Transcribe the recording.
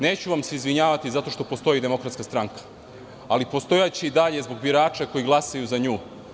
Neću vam se izvinjavati zato što postoji DS, ali postojaće i dalje zbog birača koji glasaju za nju.